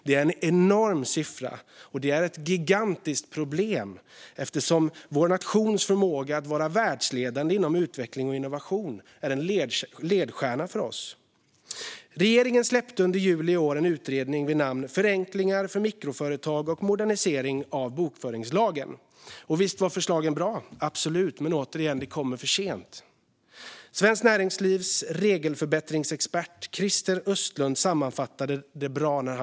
Det är en enorm siffra, och det är ett gigantiskt problem eftersom vår nations förmåga att vara världsledande i utveckling och innovation är en ledstjärna för oss. Regeringen släppte i juli i år en utredning vid namn Förenklingar för mikroföretag och modernisering av bokföringslagen . Visst var förslagen bra, absolut, men de kommer återigen för sent. Svenskt Näringslivs regelförbättringsexpert Christer Östlund menar att det finns mer att önska.